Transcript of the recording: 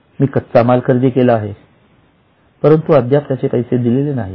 मी कच्चामाल खरेदी केलेला आहे आहे परंतु अद्याप त्याचे पैसे दिलेले नाहीत